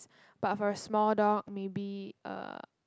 but for a small dog maybe uh